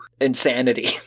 insanity